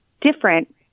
different